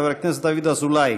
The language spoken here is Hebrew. חבר הכנסת דוד אזולאי.